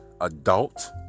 adult